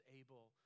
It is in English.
able